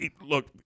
Look